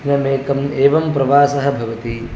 दिनमेकम् एवं प्रवासः भवति